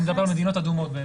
הוא מדבר על מדינות אדומות.